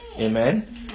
Amen